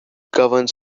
governs